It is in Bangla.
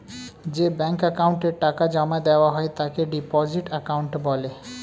যে ব্যাঙ্ক অ্যাকাউন্টে টাকা জমা দেওয়া হয় তাকে ডিপোজিট অ্যাকাউন্ট বলে